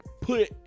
put